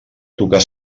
tocar